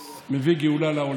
לא, אתה טועה.